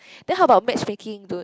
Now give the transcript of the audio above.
then how about matchmaking dude